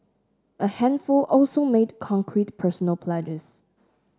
a handful also made concrete personal pledges